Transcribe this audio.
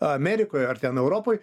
amerikoje ar ten europoj